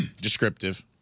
descriptive